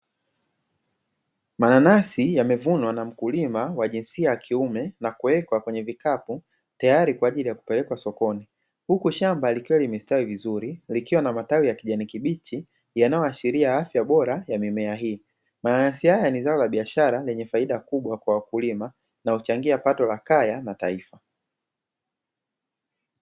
Mananasi yamevunwa na mkulima wa jinsia ya kiume na kuwekwa kwenye vikapu tayari kwa ajili ya kupelekwa sokoni, huku shamba likiwa limestawi vizuri likiwa na matawi ya kijani kibichi yanayoashiria afya bora ya mimea hii. Mananasi haya ni zao la biashara lenye faida kubwa kwa wakulima na huchangia pato la kaya na taifa.